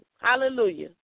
hallelujah